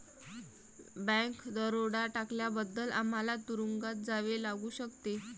bank दरोडा टाकल्याबद्दल आम्हाला तुरूंगात जावे लागू शकते